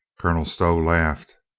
colonel stow laughed.